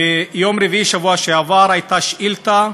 ביום רביעי בשבוע שעבר הייתה שאילתה,